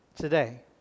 today